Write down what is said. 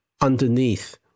underneath